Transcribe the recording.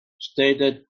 stated